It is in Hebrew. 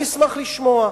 אני אשמח לשמוע,